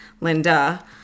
Linda